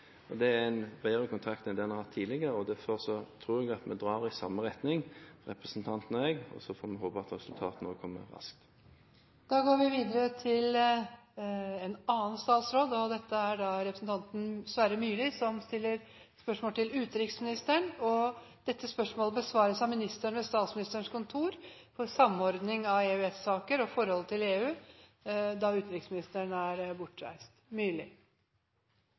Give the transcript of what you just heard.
enn det man har hatt tidligere, og derfor tror jeg vi drar i samme retning, representanten og jeg, og så får vi håpe at resultatene også kommer raskt. Dette spørsmålet, fra representanten Sverre Myrli til utenriksministeren, vil bli besvart av ministeren ved Statsministerens kontor for samordning av EØS-saker og forholdet til EU på vegne av utenriksministeren, som er bortreist.